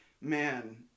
man